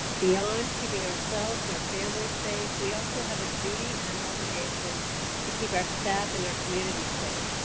beyond keeping ourselves, our family safe, we also have a duty and an obligation to keep our staff and our community safe.